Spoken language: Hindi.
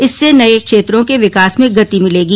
इससे नए क्षेत्रों के विकास में गति मिलेगी